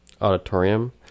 auditorium